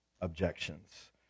objections